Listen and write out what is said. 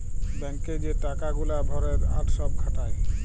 bank এ যে টাকা গুলা ভরে আর সব খাটায়